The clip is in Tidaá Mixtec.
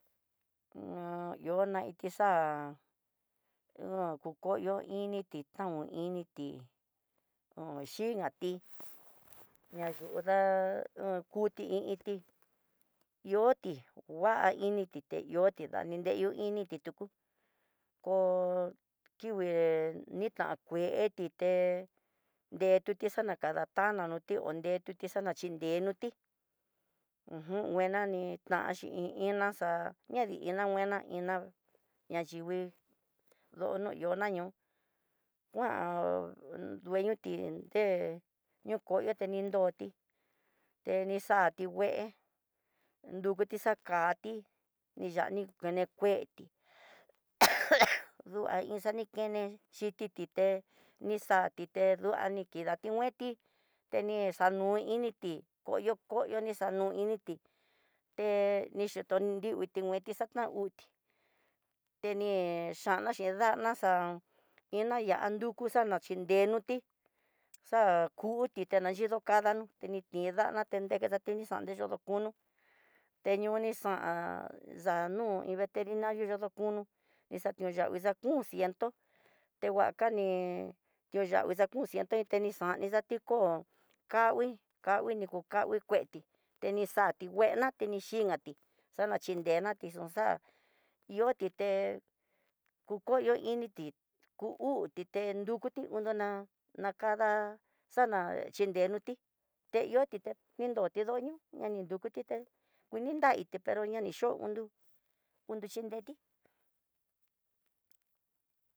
Na ihona kiti xa'á uho a kukoyo initi taon initi ho xhingati ñayuda ha kuti i iinti ihoti nguainiti koti ndayeyo initi tuku ko kingue nitan ngueti, ité detuti xadakana tanoniti ho detuti xana xhidetuti, ujun nguena ni tanxi iin iná ña tin guena iná ña yingui yona nguina ñó kuan dueño tin ndé ñokonete ndindoti tenixati ngue nrukuti xa'akati niyati tinikueti, ¡ajan ajan! Dua xan i kene xhiti té ni xati té nduati ni kidati neti, té xanu initi koyo koyo ni xano initi koyo koyo ni xanu initi té nixhito nrinuiti ngueti xa'á tan uti teni xhana xhin ndana xan ina yan dukuxana xhinrena, nuti xa kuti teya yido kanano teni tindana tende xakinguixan te yodokono teñoni xan xa nú iin veterinario yodokono ni ya ku davii dakun ciento tehuacan ni tioyanguii dakun ciento ta inxani nixa tikó kangui kanguii ko kangui kué tenixati nguena tenixhikati xachinrenanti xoxá ihó tité kukoyo inité ku uu ku nrukuti una ná nakada xa'a xhinrenuti te ihó tite nindoti ndoño ña nin dukutité kuinindaye pero ña ni yo'ó ondu kuxhindeti.